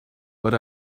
but